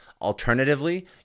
Alternatively